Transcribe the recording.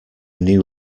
new